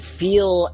feel